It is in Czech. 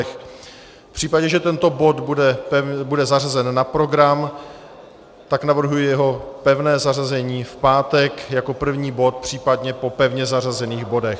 V případě, že tento bod bude zařazen na program, tak navrhuji jeho pevné zařazení v pátek jako první bod, případně po pevně zařazených bodech.